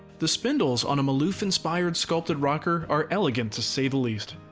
the spindles on a maloof-inspired sculpted rocker are elegant, to say the least.